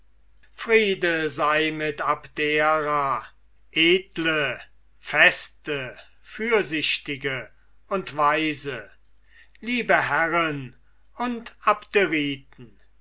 friede sei mit abdera edle veste fürsichtige und weise liebe herren und